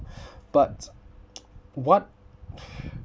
but what